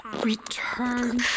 Return